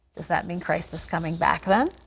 does that mean christ is coming back then?